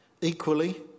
Equally